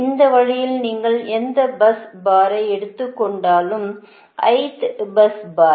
எனவே இந்த வழியில் நீங்கள் எந்த பஸ் பாரை எடுத்துக்கொண்டாலும் பஸ் பார்